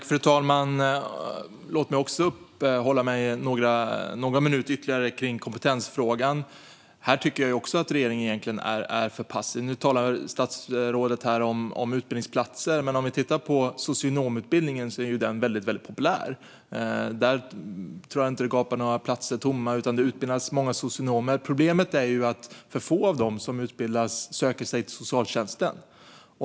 Fru talman! Låt mig uppehålla mig ytterligare några minuter vid kompetensfrågan. Jag tycker egentligen att regeringen är för passiv här också. Statsrådet talar om utbildningsplatser. Men socionomutbildningen är väldigt populär. Jag tror inte att några platser gapar tomma där. Det utbildas många socionomer. Problemet är att för få av dem som utbildas söker sig till socialtjänsten.